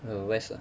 the west lah